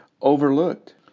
overlooked